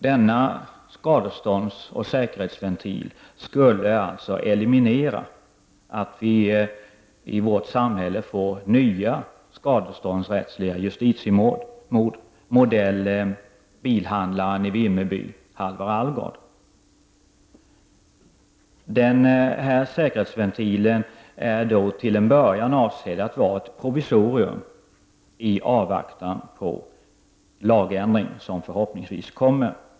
Denna säkerhetsventil skulle alltså eliminera risken att vi i vårt samhälle får nya skadeståndsrättsliga justitiemord av samma modell som i fallet med bilhandlaren i Vimmerby, Halvar Alvgard. Denna säkerhetsventil är avsedd att vara ett provisorium i avvaktan på en lagändring, som förhoppningsvis kommer.